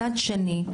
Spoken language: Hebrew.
מצד שני,